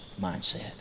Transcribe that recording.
mindset